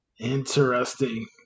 Interesting